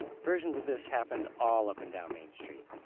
versions of this happened all up and down main street.